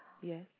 Yes